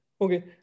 Okay